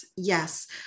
Yes